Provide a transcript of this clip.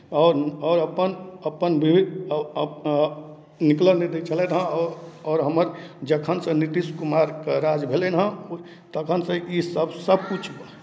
आओर आओर अपन अपन विवेक अपन विवे निकलय नहि दै छलथि हेँ आओर हमर जखनसँ नीतीश कुमारके राज भेलनि हँ तखनसँ ईसभ सभकिछु